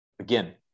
again